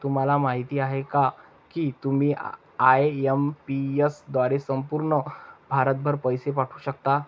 तुम्हाला माहिती आहे का की तुम्ही आय.एम.पी.एस द्वारे संपूर्ण भारतभर पैसे पाठवू शकता